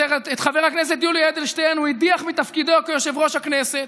את חבר הכנסת יולי אדלשטיין הוא הדיח מתפקידו כיושב-ראש הכנסת.